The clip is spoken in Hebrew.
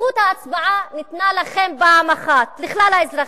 זכות ההצבעה ניתנה לכם פעם אחת, לכלל האזרחים,